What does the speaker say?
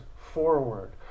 forward